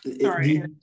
sorry